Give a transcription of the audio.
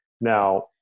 Now